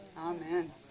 amen